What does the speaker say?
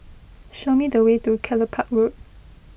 show me the way to Kelopak Road